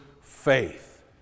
faith